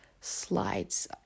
slides